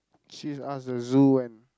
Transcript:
she's ask the zoo when